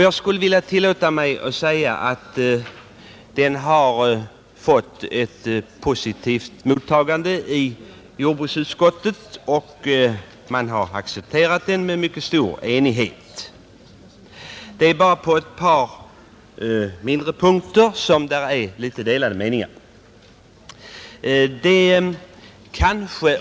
Jag kan säga att förslaget har fått ett positivt mottagande i jordbruksutskottet, och man har accepterat det under mycket stor enighet. Det är bara på ett par mindre punkter som meningarna är delade.